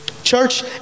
Church